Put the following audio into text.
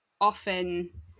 often